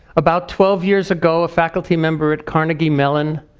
about twelve years ago, a faculty member at carnegie melon,